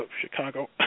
Chicago